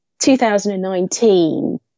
2019